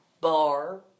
bar